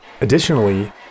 Additionally